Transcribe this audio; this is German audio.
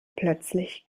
plötzlich